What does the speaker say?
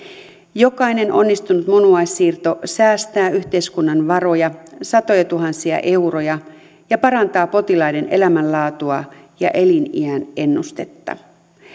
jokainen onnistunut munuaissiirto säästää yhteiskunnan varoja satojatuhansia euroja ja parantaa potilaiden elämänlaatua ja eliniän ennustetta